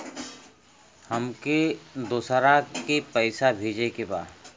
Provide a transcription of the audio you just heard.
हमके दोसरा के पैसा भेजे के बा?